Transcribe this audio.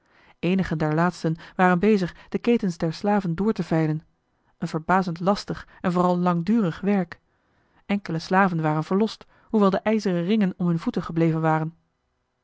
eenigen der laatsten waren bezig de ketens der slaven door te vijlen een verbazend lastig en vooral langdurig werk enkele slaven waren verlost hoewel de ijzeren ringen om hun voeten gebleven waren